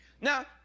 Now